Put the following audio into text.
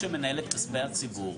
גוף שמנהל את כספי הציבור,